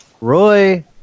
Roy